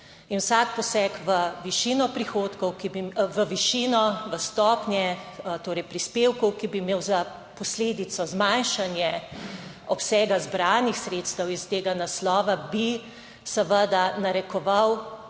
prihodkov, v višino, v stopnje torej, prispevkov, ki bi imel za posledico zmanjšanje obsega zbranih sredstev iz tega naslova bi seveda narekoval